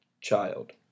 child